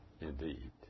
indeed